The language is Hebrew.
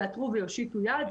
יאתרו ויושיטו יד.